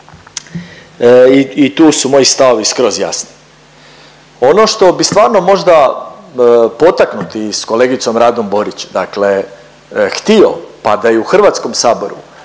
i tu su moji stavovi skroz jasni. Ono što bi stvarno možda potaknuti s kolegicom Radom Borić htio pa da i u Hrvatskom saboru